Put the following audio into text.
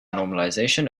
normalization